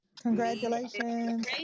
Congratulations